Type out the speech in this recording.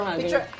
picture